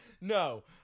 No